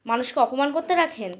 মানুষকে অপমান করতে রাখেন